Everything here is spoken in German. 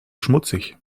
schmutzig